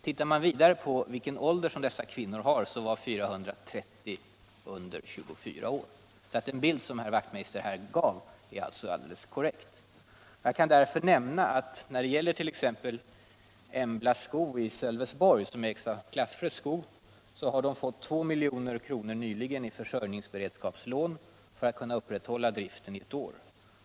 Ser man vidare på vilken ålder dessa kvinnor har, finner man att 430 av dem var under 24 år. Den bild som herr Wachtmeister här gav av läget är alltså korrekt. Jag vill därför nämna att Embla Sko i Sölvesborg, som ägs av Klafre Sko, har fått 2 milj.kr. nyligen i försörjningsberedskapslån för att kunna upprätthålla driften ett år.